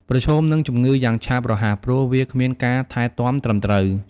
ប្រឈមនឹងជំងឺយ៉ាងឆាប់រហ័ស ព្រោះវាគ្មានការថែទាំត្រឹមត្រូវ។